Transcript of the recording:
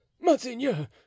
monseigneur